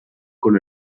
con